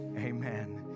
amen